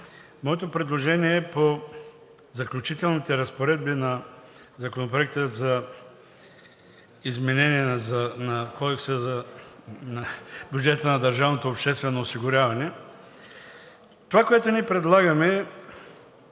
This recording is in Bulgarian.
Моето предложение е по Заключителните разпоредби на Законопроекта за изменение на държавното обществено осигуряване. Това, което ние предлагаме